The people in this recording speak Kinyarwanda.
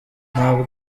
ntabwo